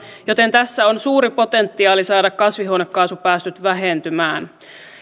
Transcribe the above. joten tässä on suuri potentiaali saada kasvihuonekaasupäästöt vähentymään